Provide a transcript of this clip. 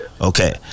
Okay